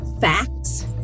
facts